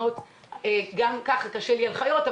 גם ככה קשה לי על חיות,